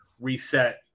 reset